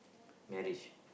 marriage